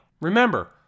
Remember